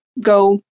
go